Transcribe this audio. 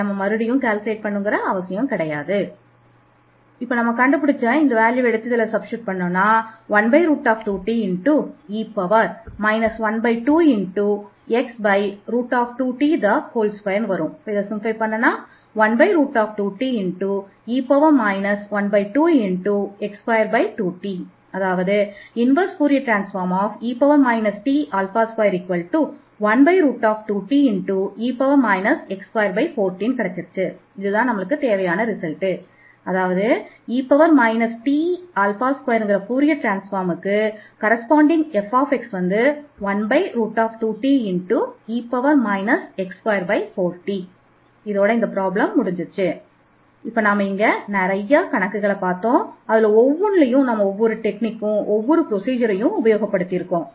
அதில் வேறுபட்ட நுணுக்கங்களையும் செயல்முறைகளையும் உபயோகப்படுத்தினோம்